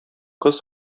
кыз